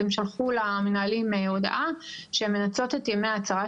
הם שלחו למנהלים הודעה שהן מנצלות את ימי ההצהרה